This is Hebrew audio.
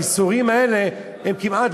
הייסורים האלה הם כמעט,